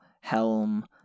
Helm